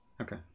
Okay